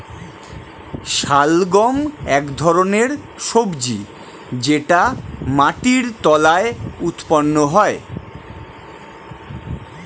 শালগম এক ধরনের সবজি যেটা মাটির তলায় উৎপন্ন হয়